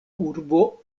urbo